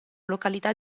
località